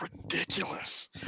ridiculous